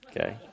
Okay